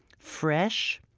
fresh,